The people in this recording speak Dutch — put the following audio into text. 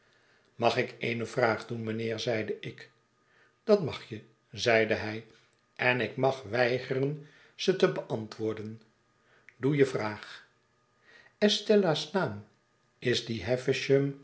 mag ik eene vraag doen mynheer zeide ik dat mag je zeide hij en ik mag weigeren ze te beantwoorden doe je vraag estella's naam is die